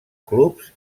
clubs